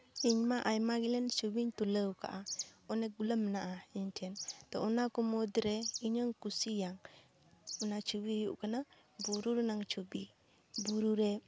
ᱤᱧ ᱢᱟ ᱟᱭᱢᱟ ᱜᱮᱞᱟᱱ ᱪᱷᱚᱵᱤᱧ ᱛᱩᱞᱟᱹᱣ ᱟᱠᱟᱫᱼᱟ ᱚᱱᱮ ᱜᱩᱞᱟ ᱢᱮᱱᱟᱜᱼᱟ ᱤᱧ ᱴᱷᱮᱱ ᱛᱚ ᱚᱱᱟ ᱠᱚ ᱢᱩᱫ ᱨᱮ ᱤᱧᱟᱹᱝ ᱠᱩᱥᱤᱭᱟᱜ ᱚᱱᱟ ᱪᱷᱩᱵᱤ ᱦᱩᱭᱩᱜ ᱠᱟᱱᱟ ᱵᱩᱨᱩ ᱨᱮᱱᱟᱝ ᱪᱷᱚᱵᱤ ᱵᱩᱨᱩ ᱨᱮ